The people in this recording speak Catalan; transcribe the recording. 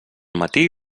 matí